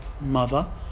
mother